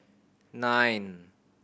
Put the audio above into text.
nine